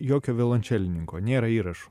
jokio violončelininko nėra įrašų